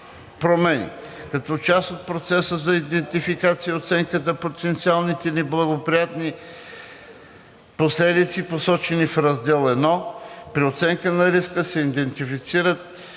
промени: Като част от процеса на идентификация и оценка на потенциалните неблагоприятни последици, посочени в раздел I, при ОР се идентифицират